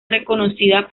reconocida